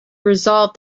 resolved